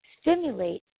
stimulate